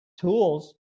tools